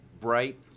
bright